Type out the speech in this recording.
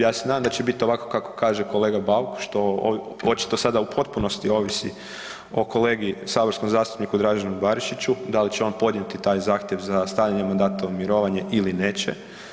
Ja se nadam da će bit ovako kako kaže kolega Bauk, što očito sada u potpunosti ovisi o kolegi saborskom zastupniku Draženu Barišiću da li će on podnijeti taj zahtjev za stavljanje mandata u mirovanje ili neće.